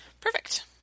Perfect